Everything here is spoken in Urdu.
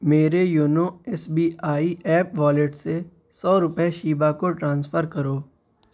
میرے YONO S B I app wallet سے سو روپئے شیبہ کو ٹرانسفر کرو